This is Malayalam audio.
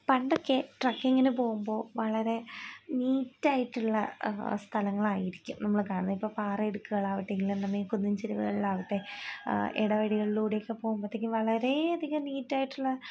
പണ്ടൊക്കെ ട്രക്കിങ്ങിന് പോകുമ്പോള് വളരെ നീറ്റായിട്ടുള്ള സ്ഥലങ്ങളായിരിക്കും നമ്മള് കാണുന്നെ ഇപ്പോള് പാറ ഇടുക്കുകളാവട്ടെ ഇല്ലെന്നുണ്ടെങ്കില് കുന്നിൻ ചെരിവുകളിലാവട്ടെ ഇടവഴികളിലൂടെയൊക്കെ പോകുമ്പോഴത്തേക്കും വളരേ അധികം നീറ്റായിട്ടുള്ള